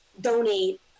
donate